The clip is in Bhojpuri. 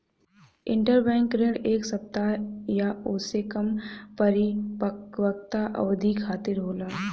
इंटरबैंक ऋण एक सप्ताह या ओसे कम क परिपक्वता अवधि खातिर होला